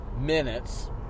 minutes